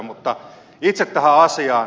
mutta itse tähän asiaan